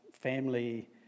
family